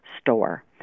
store